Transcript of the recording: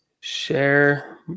share